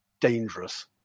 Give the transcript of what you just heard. dangerous